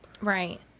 Right